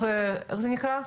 איך זה נקרא?